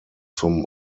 zum